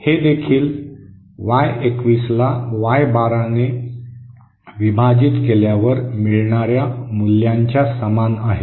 हे देखील वाय 21 ला वाय 12 ने विभाजित केल्यावर मिळणाऱ्या मूल्यांच्या समान आहे